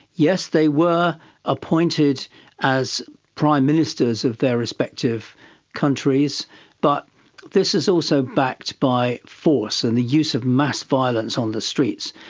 yes they were appointed as prime ministers of their respective countries but this is also backed by force and the use of mass violence on the streets.